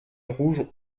rouges